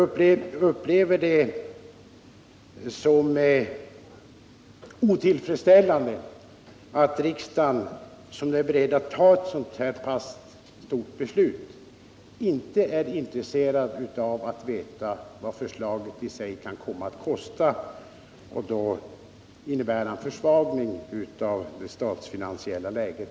Jag upplever det som otillfredsställande att riksdagens ledamöter, som nu är beredda att fatta ett så här pass stort beslut, inte är intresserade av att veta vad förslaget i sig kan komma att kosta — det innebär en försvagning av det statsfinansiella läget.